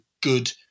good